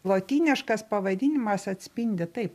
lotyniškas pavadinimas atspindi tai